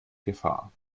gefahr